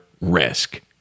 risk